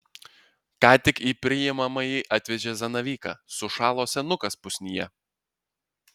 ką tik į priimamąjį atvežė zanavyką sušalo senukas pusnyje